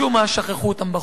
משום מה שכחו אותם בחוץ.